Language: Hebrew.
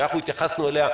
שאנחנו התייחסנו אליה.